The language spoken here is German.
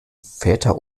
väter